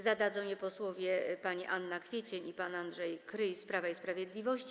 Zadadzą je posłowie: pani Anna Kwiecień i pan Andrzej Kryj z Prawa i Sprawiedliwości.